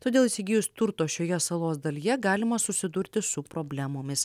todėl įsigijus turto šioje salos dalyje galima susidurti su problemomis